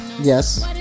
yes